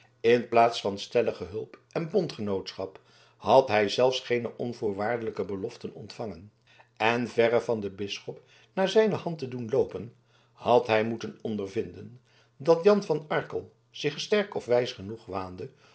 in plaats van stellige hulp en bondgenootschap had hij zelfs geene onvoorwaardelijke beloften ontvangen en verre van den bisschop naar zijne hand te doen loopen had hij moeten ondervinden dat jan van arkel zich sterk of wijs genoeg waande